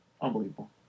Unbelievable